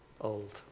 old